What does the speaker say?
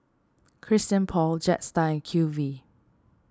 Christian Paul Jetstar Q V